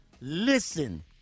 Listen